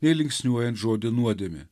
nei linksniuojant žodį nuodėmė